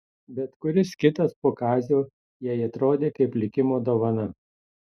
bet kuris kitas po kazio jai atrodė kaip likimo dovana